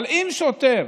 אבל אם שוטר